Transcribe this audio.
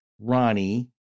Ronnie